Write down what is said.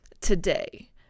today